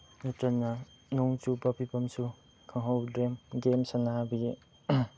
ꯅꯠꯇ꯭ꯔꯒꯅ ꯅꯣꯡꯆꯨꯕ ꯐꯤꯕꯝꯁꯨ ꯈꯪꯍꯧꯗꯦ ꯒꯦꯝ ꯁꯥꯟꯅꯕꯒꯤ